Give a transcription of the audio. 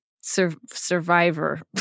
Survivor